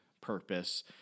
purpose